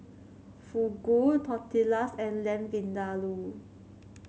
Fugu Tortillas and Lamb Vindaloo